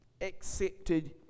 accepted